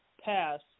pass